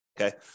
Okay